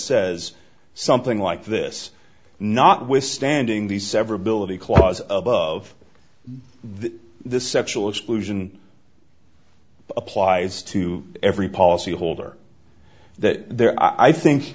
says something like this notwithstanding the severability clause above the sexual exclusion applies to every policyholder that there are i think